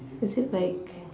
is it like